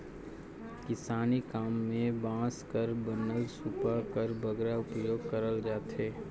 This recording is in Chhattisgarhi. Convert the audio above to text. किसानी काम मे बांस कर बनल सूपा कर बगरा उपियोग करल जाथे